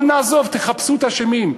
אבל נעזוב, תחפשו את האשמים.